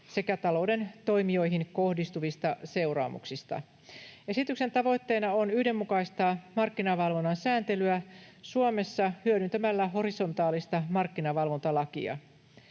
sekä talouden toimijoihin kohdistuvista seuraamuksista. Esityksen tavoitteena on yhdenmukaistaa markkinavalvonnan sääntelyä Suomessa hyödyntämällä horisontaalista markkinavalvontalakia.